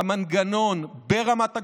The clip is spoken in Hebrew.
במנגנון, ברמת הגולן,